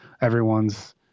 everyone's